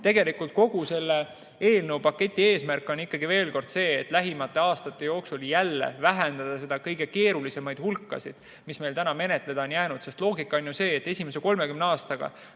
tegelikult kogu selle eelnõu paketi eesmärk on ikkagi see, et lähimate aastate jooksul vähendada kõige keerulisemaid probleeme, mis meil täna menetleda on jäänud. Loogika on see, et esimese 30 aastaga